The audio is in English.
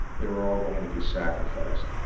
they were all going to be sacrificed.